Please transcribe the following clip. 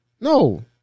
No